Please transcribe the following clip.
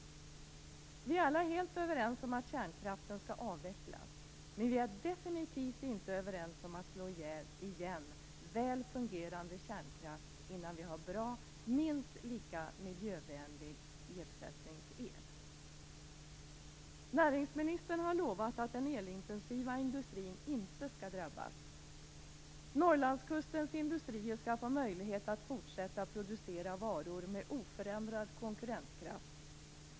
Vi är alla helt överens om att kärnkraften skall avvecklas. Men vi är definitivt inte överens om att slå igen väl fungerande kärnkraftverk innan vi har bra, minst lika miljövänlig ersättningsel. Näringsministern har lovat att den elintensiva industrin inte skall drabbas. Norrlandskustens industrier skall få möjlighet att fortsätta producera varor med oförändrad konkurrenskraft.